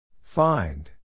Find